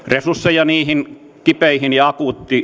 vain niihin kipeisiin ja